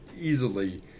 easily